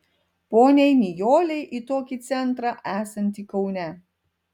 poniai nijolei į tokį centrą esantį kaune